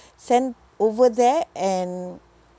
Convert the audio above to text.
send over there and